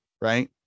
right